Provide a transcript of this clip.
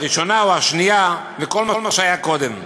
הראשונה והשנייה וכל מה שהיה קודם?